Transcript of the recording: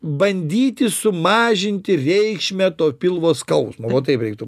bandyti sumažinti reikšmę to pilvo skausmo va taip reiktų